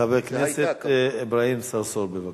חבר הכנסת אברהים צרצור, בבקשה.